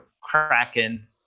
kraken